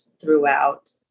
throughout